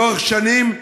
לאורך שנים,